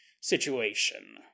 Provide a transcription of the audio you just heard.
situation